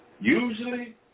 usually